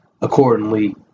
accordingly